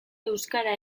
euskara